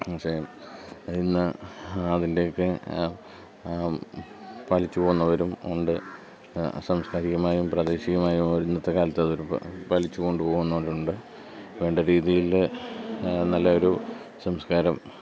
പക്ഷേ ഇന്ന് അതിൻ്റെയൊക്കെ പാലിച്ചു പോകുന്നവരും ഉണ്ട് സംസ്കാരികമായും പ്രാദേശികമായും ഇന്നത്തെ കാലത്ത് അതൊരു പാലിച്ചു കൊണ്ടു പോകുന്നവരുണ്ട് വേണ്ട രീതിയിൽ നല്ല ഒരു സംസ്കാരം